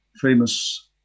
famous